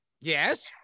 Yes